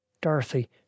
Dorothy